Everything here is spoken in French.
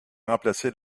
remplacer